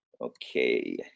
Okay